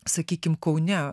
sakykim kaune